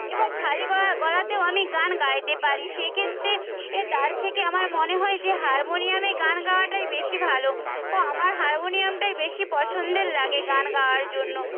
এবং খালি গলা গলাতেও আমি গান গাইতে পারি সেক্ষেত্রে এ তার থেকে আমার মনে হয় যে হারমোনিয়ামে গান গাওয়াটাই বেশি ভালো ও আমার হারমোনিয়ামটাই বেশি পছন্দের লাগে গান গাওয়ার জন্য